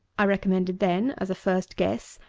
i recommended then, as a first guess,